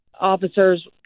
officers